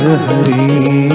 Hari